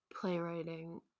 playwriting